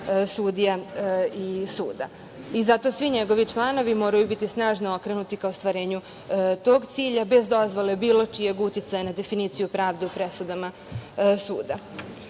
sudija i suda. Zato svi njegovi članovi moraju biti snažno okrenuti ka ostvarenju tog cilja, bez dozvole bilo čijeg uticaja na definiciju pravde u presudama suda. Isto